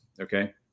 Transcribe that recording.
Okay